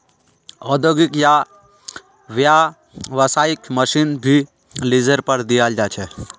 औद्योगिक या व्यावसायिक मशीन भी लीजेर पर दियाल जा छे